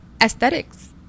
aesthetics